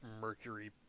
mercury